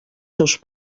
seus